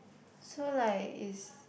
so like is